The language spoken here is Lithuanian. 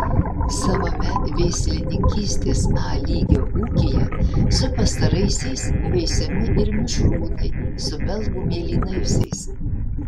savame veislininkystės a lygio ūkyje su pastaraisiais veisiami ir mišrūnai su belgų mėlynaisiais